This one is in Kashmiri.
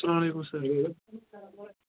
اَسَلامُ علیکُم سر